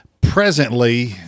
Presently